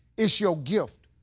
it's your gift.